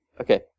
okay